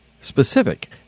specific